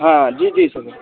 हाँ जी जी